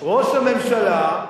ראש הממשלה,